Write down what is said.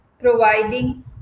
providing